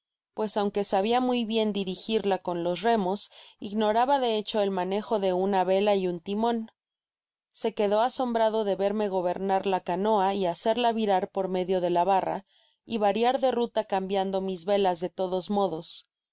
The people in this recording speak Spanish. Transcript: pues aunque sabia muy bien dirigirla con los remos ignoraba de hecho el manejo de una vela y un timon se quedó asombrado de verme gobernar la canoa y hacerla virar por medio de la barra y variar de ruta cambiando mis velas de todos modos